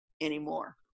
anymore